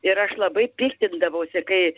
ir aš labai piktindavausi kai